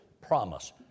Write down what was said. promise